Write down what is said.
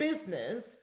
business